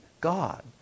God